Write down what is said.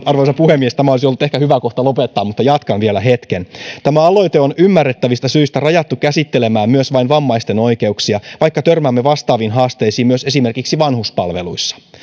arvoisa puhemies tämä olisi ollut ehkä hyvä kohta lopettaa mutta jatkan vielä hetken tämä aloite on ymmärrettävistä syistä rajattu käsittelemään vain vammaisten oikeuksia vaikka törmäämme vastaaviin haasteisiin myös esimerkiksi vanhuspalveluissa